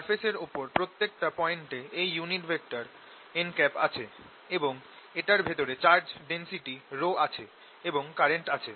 সারফেসের ওপর প্রত্যেকটা পয়েন্টে এই ইউনিট ভেক্টর n আছে এবং এটার ভেতরে চার্জ ডেনসিটি ρ আছে এবং কারেন্ট আছে